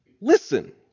listen